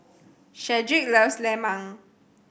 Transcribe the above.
Shedrick loves Lemang